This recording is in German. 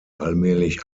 allmählich